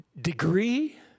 degree